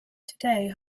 today